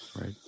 Right